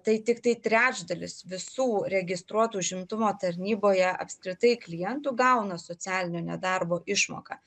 tai tiktai trečdalis visų registruotų užimtumo tarnyboje apskritai klientų gauna socialinio nedarbo išmoką